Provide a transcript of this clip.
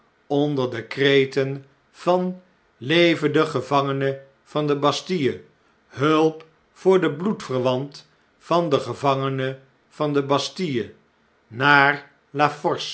onder de kreten van levede gevangene van de bastille hulp voor den bloedverwant van den gevangene van de bastille naar